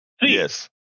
yes